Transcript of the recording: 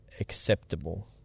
acceptable